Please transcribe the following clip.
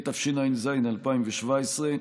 התשע"ז 2017,